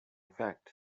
fact